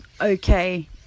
Okay